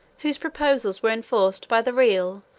whose proposals were enforced by the real,